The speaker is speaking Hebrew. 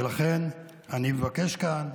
ולכן אני מבקש כאן,